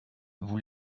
vous